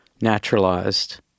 naturalized